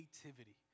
creativity